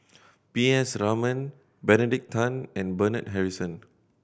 P S Raman Benedict Tan and Bernard Harrison